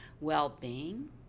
well-being